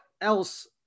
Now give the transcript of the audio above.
else